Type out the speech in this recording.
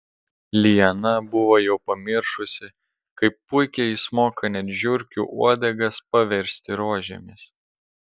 liana buvo jau pamiršusi kaip puikiai jis moka net žiurkių uodegas paversti rožėmis